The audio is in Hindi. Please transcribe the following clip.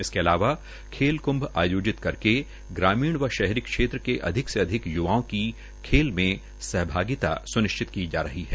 इसके अलावा खेलक्ंभ आयोजित करके ग्रामीण व शहरी क्षेत्र के अधिक से अधिक युवाओं की खेल में सहभागिता स्निश्चित की जा रही है